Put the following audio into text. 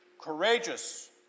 courageous